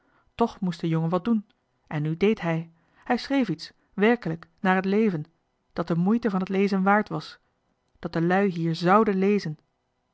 moest de jongen wat doen en nu dééd hij hij schreef iets werkelijk naar het leven dat de moeite van t lezen waard was dat de lui hier zuden lezen